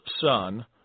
son